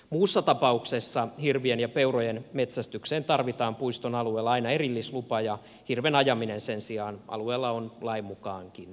muussa tapauksessa hirvien ja peurojen metsästykseen tarvitaan puiston alueella aina erillislupa ja hirven ajaminen sen sijaan alueella on lain mukaankin sallittua